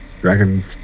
dragon